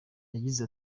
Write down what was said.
yagize